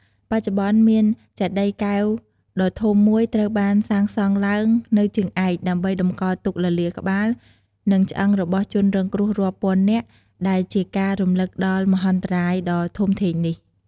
បច្ចុប្បន្ន មានចេតិយកែវដ៏ធំមួយត្រូវបានសាងសង់ឡើងនៅជើងឯក ដើម្បីតម្កល់ទុកលលាដ៍ក្បាល និងឆ្អឹងរបស់ជនរងគ្រោះរាប់ពាន់នាក់ ដែលជាការរំលឹកដល់មហន្តរាយដ៏ធំធេងនេះ។